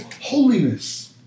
holiness